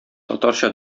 татарча